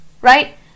right